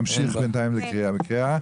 נמשיך בהקראה.